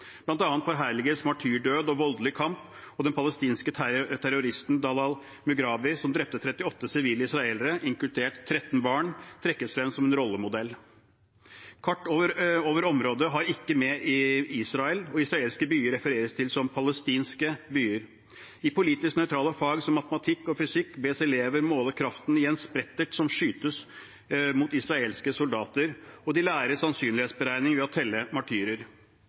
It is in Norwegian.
martyrdød og voldelig kamp, og den palestinske terroristen Dalal Mughrabi, som drepte 38 sivile israelere, inkludert 13 barn, trekkes frem som en rollemodell. Kart over området har ikke med Israel, og israelske byer refereres til som palestinske byer. I politisk nøytrale fag som matematikk og fysikk bes elever måle kraften i en sprettert som skytes mot israelske soldater, og de lærer sannsynlighetsberegning ved å telle martyrer.